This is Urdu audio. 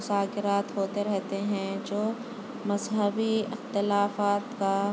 مذاکرات ہوتے رہتے ہیں جو مذہبی اختلافات کا